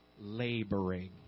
laboring